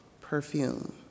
perfume